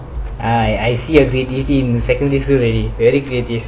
I I see a creative team in secondary school already very creative